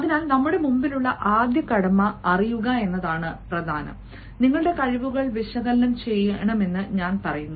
അതിനാൽ നമ്മുടെ മുമ്പിലുള്ള ആദ്യത്തെ കടമ അറിയുക എന്നതാണ് നിങ്ങളുടെ കഴിവുകൾ വിശകലനം ചെയ്യണമെന്ന് ഞാൻ പറയുന്നു